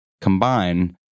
combine